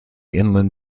inland